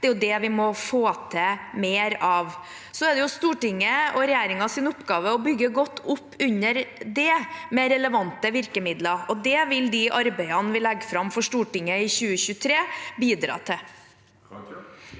Det må vi få til mer av. Det er Stortingets og regjeringens oppgave å bygge godt opp under det med relevante virkemidler, og det vil de arbeidene vi skal legge fram for Stortinget i 2023, bidra til.